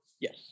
Yes